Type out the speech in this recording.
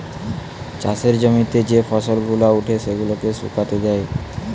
চাষের জমিতে যে ফসল গুলা উঠে সেগুলাকে শুকাতে দেয়